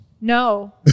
No